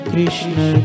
Krishna